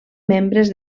membres